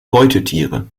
beutetiere